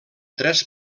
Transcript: tres